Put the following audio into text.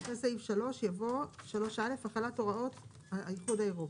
(2) אחרי סעיף 3 יבוא: 3א. החלת הוראות האיחוד האירופי.